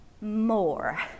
more